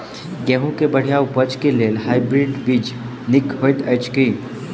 गेंहूँ केँ बढ़िया उपज केँ लेल हाइब्रिड बीज नीक हएत अछि की?